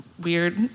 weird